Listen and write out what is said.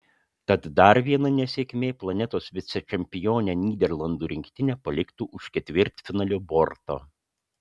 tad dar viena nesėkmė planetos vicečempionę nyderlandų rinktinę paliktų už ketvirtfinalio borto